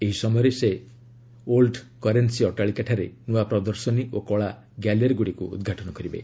ଏହି ସମୟରେ ସେ ଓଲ୍ଡ୍ କରେନ୍ସି ଅଟ୍ଟାଳିକାଠାରେ ନୁଆ ପ୍ରଦର୍ଶନୀ ଓ କଳା ଗ୍ୟାଲେରୀଗୁଡ଼ିକୁ ଉଦ୍ଘାଟନ କରିବେ